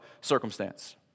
circumstance